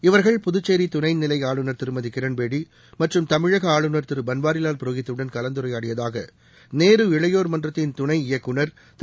இவர்கள் புதுச்சேரி துணை நிலை ஆளுநர் திருமதி கிரண்பேடி மற்றும் தமிழக ஆளுநர் திரு பள்வாரிலால் புரோஹித்துடன் கலந்துரையாடியதாக நேரு இளையோர் மன்றத்தின் துணை இயக்குநர் திரு